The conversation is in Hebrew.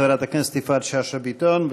חברת הכנסת יפעת שאשא ביטון,